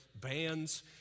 bands